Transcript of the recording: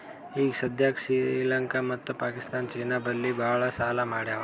ಈಗ ಸದ್ಯಾಕ್ ಶ್ರೀಲಂಕಾ ಮತ್ತ ಪಾಕಿಸ್ತಾನ್ ಚೀನಾ ಬಲ್ಲಿ ಭಾಳ್ ಸಾಲಾ ಮಾಡ್ಯಾವ್